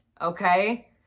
okay